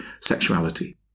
sexuality